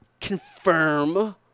confirm